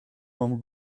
mamm